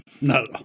No